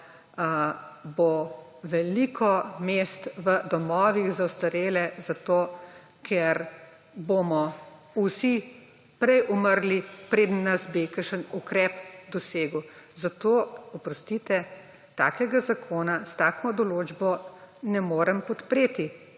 bo veliko mest v domovih za ostarele, ker bomo vsi prej umrli, preden nas bi kakšen ukrep dosegel. Zato, oprostite, takega zakona s tako določbo ne morem podpreti.